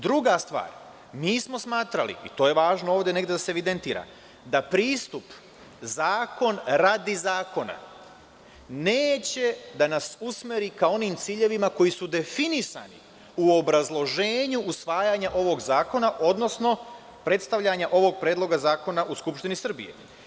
Druga stvar, mi smo smatrali, i to je važno ovde negde da se evidentira, da pristup „zakon radi zakona“ neće da nas usmeri ka onim ciljevima koji su definisani u obrazloženju usvajanja ovog zakona, odnosno predstavljanja ovo predloga zakona u Skupštini Srbije.